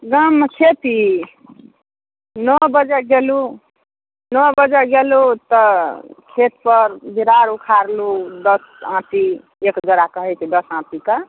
गाममे खेती नओ बजे गेलहुँ तऽ खेत पर विरार उखरालहुँ दश आटी एक बोरा कहैत छै दश आटी कऽ